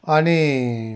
अनि